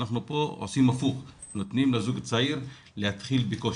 אבל פה אנחנו עושים הפוך נותנים לזוג צעיר להתחיל בקושי.